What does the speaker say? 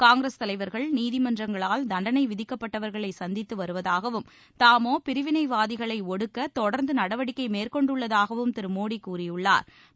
காங்கிரஸ் தலைவர்கள் நீதிமன்றங்களால் தண்டனை விதிக்கப்பட்டவா்களை சந்தித்து வருவதாகவும் தாமோ பிரிவினைவாதிகளை ஒடுக்க தொடர்ந்து நடவடிக்கை மேற்கொண்டுள்ளதாகவும் திரு மோடி கூறியுள்ளாா்